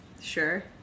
sure